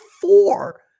four